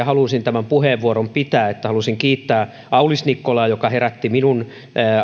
halusin tämän puheenvuoron pitää että halusin kiittää aulis nikkolaa joka herätti minun